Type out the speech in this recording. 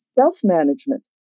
self-management